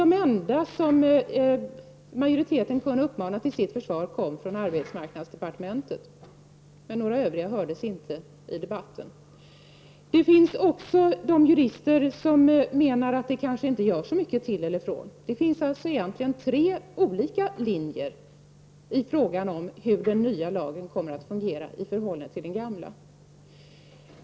De enda som majoriteten egentligen kunde uppmana till försvar var folk från arbetsmarknadsdepartementet. Några övriga hördes inte i debatten. Men det finns också jurister som menar att det så att säga inte gör vare sig till eller från. Här finns det alltså tre olika linjer när det gäller uppfattningen om hur den nya lagen kommer att fungera jämfört med den gamla.